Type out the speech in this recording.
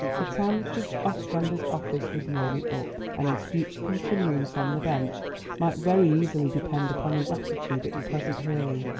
the time of judge ostrander's office was nearly up, and his future continuance on the bench might very easily depend upon his attitude present hearing.